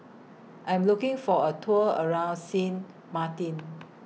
I Am looking For A Tour around Sint Maarten